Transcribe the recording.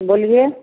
बोलिए